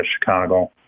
Chicago